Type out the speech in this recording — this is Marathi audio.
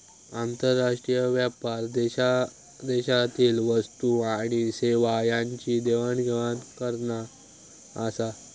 आंतरराष्ट्रीय व्यापार देशादेशातील वस्तू आणि सेवा यांची देवाण घेवाण करना आसा